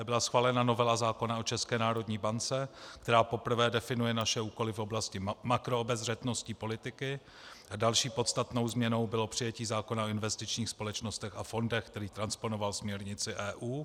Byla schválena novela zákona o ČNB, která poprvé definuje naše úkoly v oblasti makroobezřetnostní politiky, a další podstatnou změnou bylo přijetí zákona o investičních společnostech a fondech, který transponoval směrnici EU.